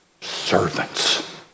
servants